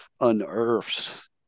unearths